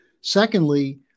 Secondly